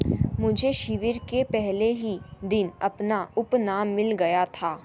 मुझे शिविर के पहले ही दिन अपना उपनाम मिल गया था